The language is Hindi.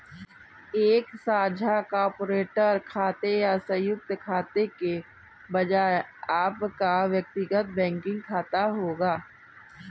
एक साझा कॉर्पोरेट खाते या संयुक्त खाते के बजाय आपका व्यक्तिगत बैंकिंग खाता होगा